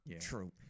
True